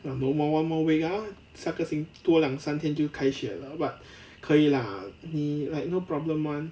ah no more one more week ah 下个星多两三天就开学了 but 可以 lah 你 like no problem [one]